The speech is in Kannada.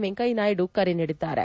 ವೆಂಕಯ್ಯ ನಾಯ್ಡು ಕರೆ ನೀಡಿದ್ದಾರೆ